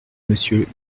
monsieur